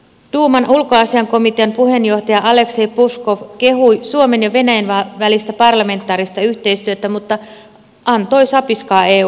duuman ulkoasiainkomitean puheenjohtaja aleksei puskov kehui suomen ja venäjän välistä parlamentaarista yhteistyötä mutta antoi sapiskaa eulle